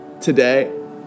today